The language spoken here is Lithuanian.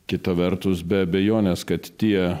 kita vertus be abejonės kad tie